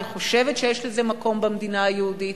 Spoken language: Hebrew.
אני חושבת שיש לזה מקום במדינה היהודית.